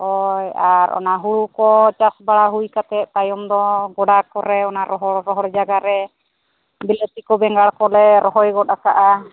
ᱦᱳᱭ ᱟᱨ ᱚᱱᱟ ᱦᱳᱲᱳ ᱠᱚ ᱪᱟᱥ ᱵᱟᱲᱟ ᱦᱩᱭ ᱠᱟᱛᱮᱫ ᱛᱟᱭᱚᱢ ᱫᱚ ᱜᱳᱰᱟ ᱠᱚᱨᱮ ᱚᱱᱟ ᱨᱚᱦᱚᱲ ᱨᱚᱦᱚᱲ ᱡᱟᱭᱜᱟ ᱨᱮ ᱵᱤᱞᱟᱹᱛᱤ ᱠᱚ ᱵᱮᱸᱜᱟᱲ ᱠᱚᱞᱮ ᱨᱚᱦᱚᱭ ᱜᱚᱫ ᱟᱠᱟᱜᱼᱟ